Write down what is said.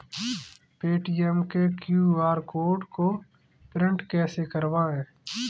Paytm के QR code को print कैसे करवाएँ?